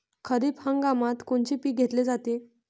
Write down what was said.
खरिप हंगामात कोनचे पिकं घेतले जाते?